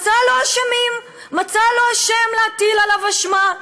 מצא לו אשמים, מצא לו אשם, להטיל עליו אשמה.